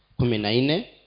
Kuminaine